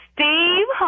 Steve